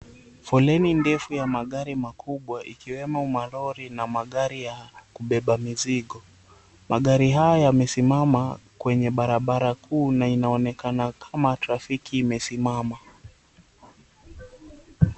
Foleni ndefu ya magari makubwa ikiwemo malori na magari ya kubeba mizigo. Magari haya yamesimama kwenye barabara kuu na inaonekana kama trafiki imesimama.